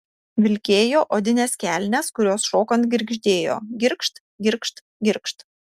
vilkėjo odines kelnes kurios šokant girgždėjo girgžt girgžt girgžt